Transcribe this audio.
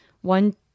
one